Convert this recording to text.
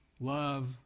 love